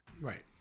Right